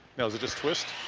now does it just twist?